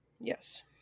Yes